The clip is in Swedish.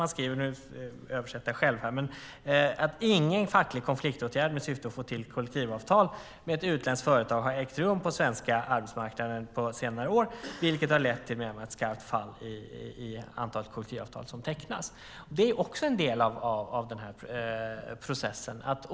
Man skriver - nu översätter jag själv - att ingen facklig konfliktåtgärd med syfte att få till kollektivavtal med ett utländskt företag har ägt rum på svensk arbetsmarknad på senare år, vilket har lett till ett skarpt fall i antal kollektivavtal som har tecknats. Det är också en del av den här processen.